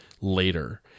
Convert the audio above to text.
later